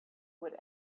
would